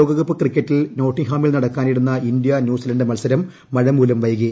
ലോകകപ്പ് ക്രിക്കറ്റിൽ നോട്ടിംഗ് ഹാമിൽ നടക്കാനിരുന്ന ഇന്ത്യ ന്യൂസിലന്റ് മത്സരം മഴമൂലം വൈകി